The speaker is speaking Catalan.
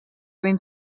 ben